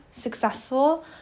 successful